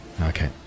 Okay